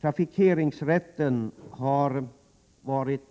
Trafikeringsrätten har varit